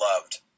loved